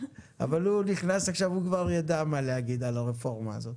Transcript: אבל הוא נכנס עכשיו והוא כבר יידע מה להגיד על הרפורמה הזו,